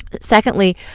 Secondly